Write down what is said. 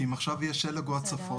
כי אם עכשיו יש שלג או הצפות --- בסדר.